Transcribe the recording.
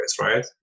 right